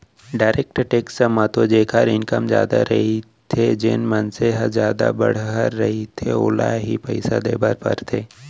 direct tax म तो जेखर इनकम जादा रहिथे जेन मनसे ह जादा बड़हर रहिथे ओला ही पइसा देय बर परथे